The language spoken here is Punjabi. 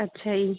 ਅੱਛਾ ਜੀ